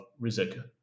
Rizika